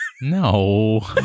No